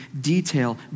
detail